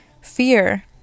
Fear